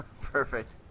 Perfect